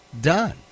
done